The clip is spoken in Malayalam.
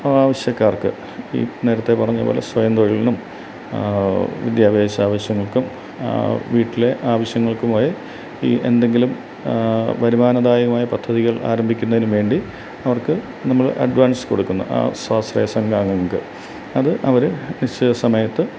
ആവശ്യക്കാര്ക്ക് ഈ നേരത്തേ പറഞ്ഞതു പോലെ സ്വയം തൊഴിലിനും വിദ്യാഭ്യാസാവശ്യങ്ങള്ക്കും വീട്ടിലെ ആവശ്യങ്ങള്ക്കുമായി ഈ എന്തെങ്കിലും വരുമാനദായകമായ പദ്ധതികള് ആരംഭിക്കുന്നതിനു വേണ്ടി അവര്ക്ക് നമ്മൾ അഡ്വാന്സ് കൊടുക്കുന്നു ആ സ്വാശ്രയ സംഘങ്ങള്ക്ക് അത് അവർ നിശ്ചിത സമയത്ത്